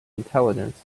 intelligence